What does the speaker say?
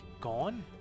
gone